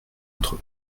entre